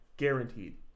guaranteed